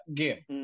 game